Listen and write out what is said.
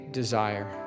desire